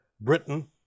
Britain